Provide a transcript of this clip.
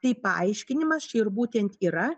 tai paaiškinimas čia ir būtent yra